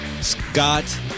Scott